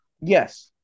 Yes